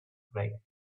great